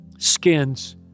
skins